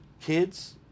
kids